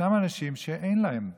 וישנם אנשים שאין להם מכרים,